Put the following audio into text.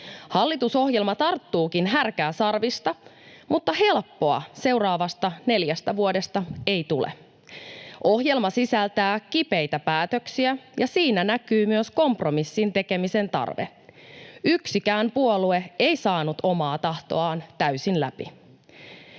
Hallitusohjelma tarttuukin härkää sarvista, mutta helppoja seuraavista neljästä vuodesta ei tule. Ohjelma sisältää kipeitä päätöksiä, ja siinä näkyy myös kompromissin tekemisen tarve. Yksikään puolue ei saanut omaa tahtoaan täysin läpi.